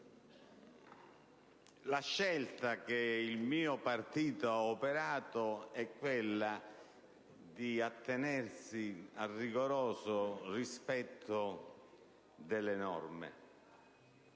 La scelta che il mio Gruppo ha operato è quella di attenersi al rigoroso rispetto delle norme,